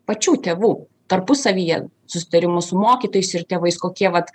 pačių tėvų tarpusavyje susitarimus su mokytojais ir tėvais kokie vat